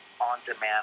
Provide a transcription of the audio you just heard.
on-demand